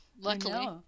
Luckily